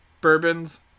bourbons